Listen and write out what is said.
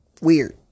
weird